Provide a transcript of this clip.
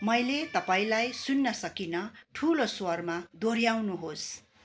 मैले तपाईँलाई सुन्न सकिन ठुलो स्वरमा दोहोऱ्याउनुहोस्